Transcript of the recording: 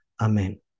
Amen